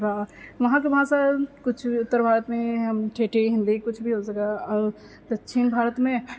थोड़ा वहांँके भाषा किछु उत्तर भारतमे ठेठी हिन्दी किछु भी हो सकैत हइ दच्छिण भारतमे